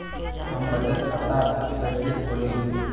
हम बचत खाता कइसे खोलीं?